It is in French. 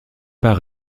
par